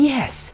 Yes